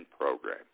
program